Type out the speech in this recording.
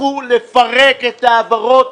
שיפרקו את מין שאינו במינו.